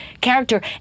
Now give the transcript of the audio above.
Character